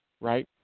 right